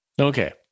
Okay